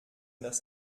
das